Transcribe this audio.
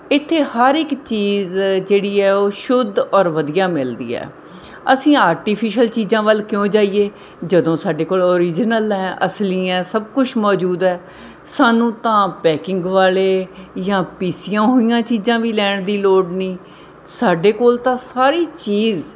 ਇੱਥੇ ਹਰ ਇੱਕ ਚੀਜ਼ ਜਿਹੜੀ ਹੈ ਉਹ ਸ਼ੁੱਧ ਔਰ ਵਧੀਆ ਮਿਲਦੀ ਹੈ ਅਸੀਂ ਆਰਟੀਫਿਸ਼ਅਲ ਚੀਜ਼ਾਂ ਵੱਲ ਕਿਉਂ ਜਾਈਏ ਜਦੋਂ ਸਾਡੇ ਕੋਲ ਓਰਿਜਨਲ ਹੈ ਅਸਲੀ ਹੈ ਸਭ ਕੁਛ ਮੌਜੂਦ ਹੈ ਸਾਨੂੰ ਤਾਂ ਪੈਕਿੰਗ ਵਾਲ਼ੇ ਜਾਂ ਪੀਸੀਆਂ ਹੋਈਆਂ ਚੀਜ਼ਾਂ ਵੀ ਲੈਣ ਦੀ ਲੋੜ ਨਹੀਂ ਸਾਡੇ ਕੋਲ ਤਾਂ ਸਾਰੀ ਚੀਜ਼